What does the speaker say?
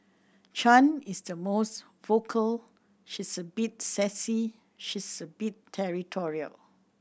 Chan is the most vocal she's a bit sassy she's a bit territorial